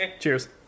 Cheers